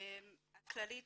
בכללית